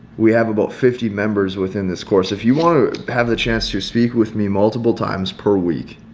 we have about fifty members within this course if you want to have the chance to speak with me multiple times per week,